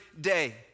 day